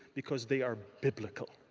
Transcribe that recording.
because they are biblical.